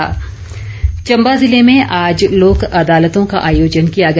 लोक अदालत चंबा जिले में आज लोक अदालतों का आयोजन किया गया